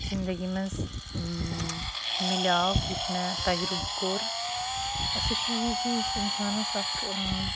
زِندَگی مَنٛز مِلیو یُس مےٚ تَجرُب کوٚر سُہ چھُ یی زٕ یُس اِنسانَس اکھ